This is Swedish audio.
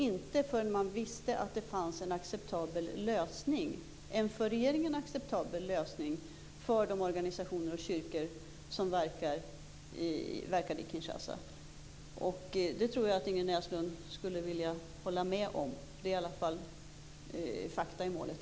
Inte förrän man visste att det fanns en acceptabel lösning för de organisationer och kyrkor som verkade i Kinshasa stängde regeringen den svenska ambassaden där. Det tror jag att Ingrid Näslund kan hålla med om, för det är i alla fall fakta i målet.